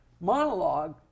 monologue